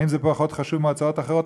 האם זה פחות חשוב מהוצאות אחרות?